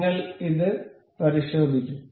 നിങ്ങൾ ഇത് പരിശോധിക്കും